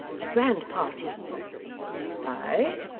a grand party ay?